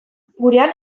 gurean